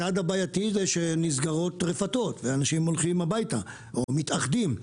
הצעד הבא שיטריד הוא סגירת רפתות ואנשים שהולכים הביתה או מתאחדים.